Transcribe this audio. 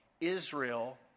Israel